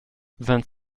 vingt